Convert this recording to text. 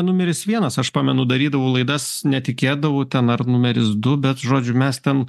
numeris vienas aš pamenu darydavau laidas netikėdavau ten ar numeris du bet žodžiu mes ten